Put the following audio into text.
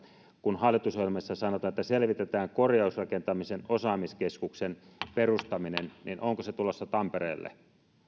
kun hallitusohjelmassa sanotaan että selvitetään korjausrakentamisen osaamiskeskuksen perustaminen niin pitääkö sellainen huhu paikkansa että se on tulossa tampereelle